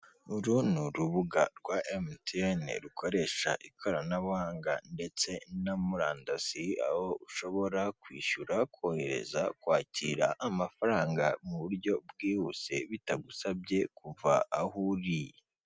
Uru ni urubuga rwa emutiyene rukoresha ikoranabuhanga ndetse na murandasi, aho ushobora: kwishyura, kohereza, kwakira amafaranga mu buryo bwihuse bitagusabye kuva aho uri.